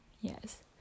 yes